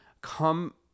come